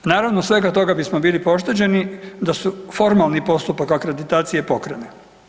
Naravno svega toga bismo bili pošteđeni da se formalni postupak akreditacije pokrene.